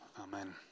Amen